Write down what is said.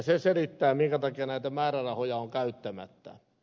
se selittää minkä takia näitä määrärahoja on käyttämättä